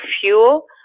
fuel